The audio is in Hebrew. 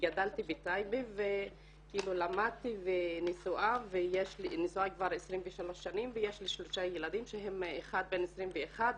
גדלתי בטייבה ולמדתי ונשואה כבר 23 שנים ויש לי שלושה ילדים בני 21,